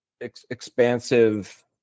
expansive